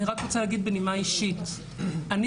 אני רק רוצה להגיד בנימה אישית: אני